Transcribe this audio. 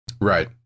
Right